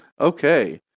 Okay